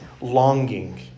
longing